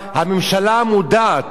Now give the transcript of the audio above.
עכשיו השאלה, מה לעשות?